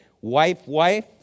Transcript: wife-wife